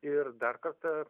ir dar kartą